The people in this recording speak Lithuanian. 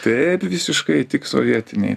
taip visiškai tik sovietinėj